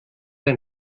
ein